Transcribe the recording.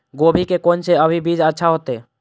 गोभी के कोन से अभी बीज अच्छा होते?